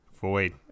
void